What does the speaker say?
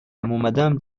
اومدم